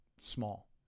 small